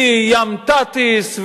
כי "ים תטיס"